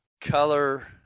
color